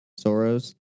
Soros